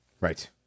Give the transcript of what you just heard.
Right